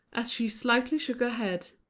as she slightly shook her head.